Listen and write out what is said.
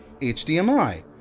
HDMI